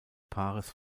paares